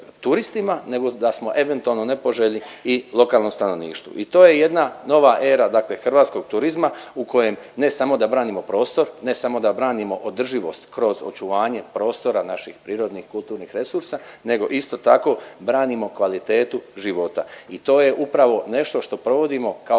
nego da smo eventualno nepoželjni i lokalnom stanovništvu. I to je jedna nova era dakle hrvatskog turizma u kojem ne samo da branimo prostor, ne samo da branimo održivost kroz očuvanje prostora naših prirodnih kulturnih resursa nego isto tako branimo kvalitetu života i to je upravo nešto što provodimo kao